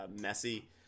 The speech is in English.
messy